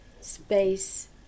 space